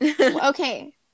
Okay